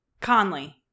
Conley